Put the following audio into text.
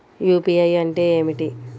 UPI అంటే ఏమిటీ?